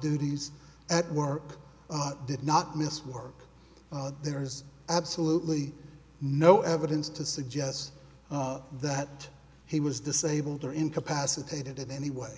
duties at work did not miss work there's absolutely no evidence to suggest that he was disabled or incapacitated in any way